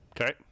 Okay